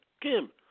Kim